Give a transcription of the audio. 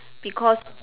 because